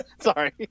Sorry